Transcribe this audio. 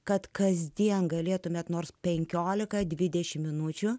kad kasdien galėtumėte nors penkiolika dvidešim minučių